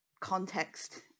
context